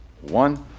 one